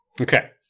Okay